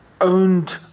owned